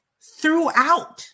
Throughout